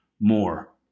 more